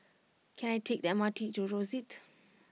can I take the M R T to Rosyth